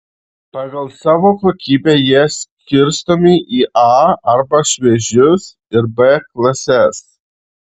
pagal savo kokybę jie skirstomi į a arba šviežius ir b klases